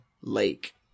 lake